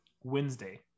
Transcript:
Wednesday